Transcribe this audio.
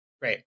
Great